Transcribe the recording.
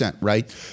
right